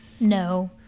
No